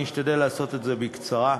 אני אשתדל לעשות את זה בקצרה,